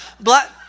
black